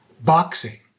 Boxing